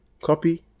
copy